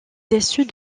dessus